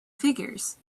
figures